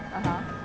(uh huh)